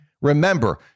remember